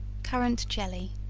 currant jelly.